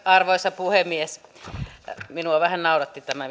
arvoisa puhemies minua vähän nauratti tämä